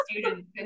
students